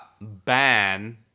ban